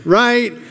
right